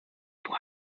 nur